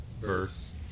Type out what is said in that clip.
verse